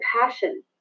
passion